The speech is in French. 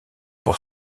pour